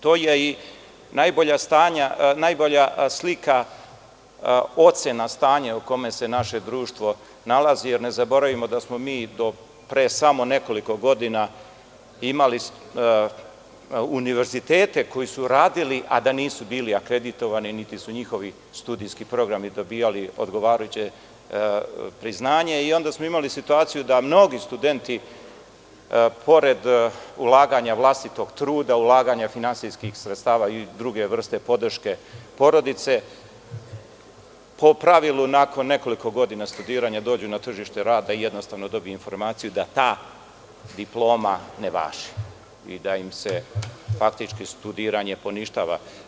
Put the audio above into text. To je i najbolja slika, ocena stanja u kome se naše društvo nalazi, jer ne zaboravimo da smo mi do pre samo nekoliko godina imali univerzitete koji su radili, a da nisu bili akreditovani, niti su njihovi studijski programi dobijali odgovarajuće priznanje i onda smo imali situaciju da mnogi studenti pored ulaganja vlastitog truda, ulaganja finansijskih sredstava i druge vrste podrške porodice po pravilu nakon nekoliko godina studiranja dođu na tržište rada i jednostavno dobije informaciju da ta diploma ne važi i da im se faktički studiranje poništava.